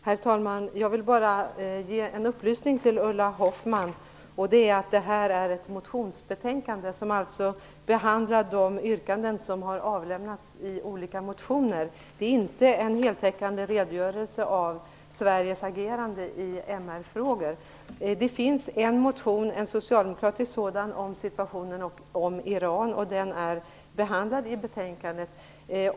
Herr talman! Jag vill bara ge en upplysning till Ulla Hoffmann, nämligen att vi nu debatterar ett motionsbetänkande, som alltså behandlar de yrkanden som har avlämnats i olika motioner. Det är inte fråga om en heltäckande redogörelse för Sveriges agerande i MR-frågor. Det finns en motion, en socialdemokratisk sådan, som tar upp situationen i Iran, och den är behandlad i betänkandet.